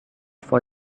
for